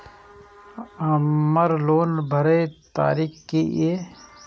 हमर लोन भरए के तारीख की ये?